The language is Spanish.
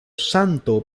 santo